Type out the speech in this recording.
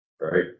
Right